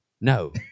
No